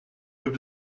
gibt